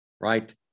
right